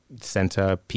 center